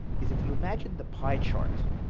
is, if you imagine the pie chart